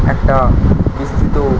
একটা বিস্তৃত